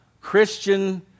Christian